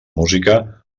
música